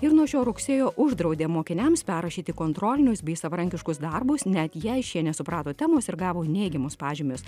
ir nuo šio rugsėjo uždraudė mokiniams perrašyti kontrolinius bei savarankiškus darbus net jei šie nesuprato temos ir gavo neigiamus pažymius